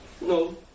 No